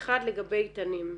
אחד לגבי איתנים.